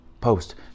post